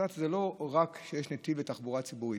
מת"צ זה לא רק שיש נתיב לתחבורה ציבורית,